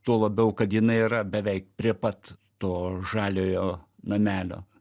tuo labiau kad jinai yra beveik prie pat to žaliojo namelio